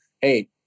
hey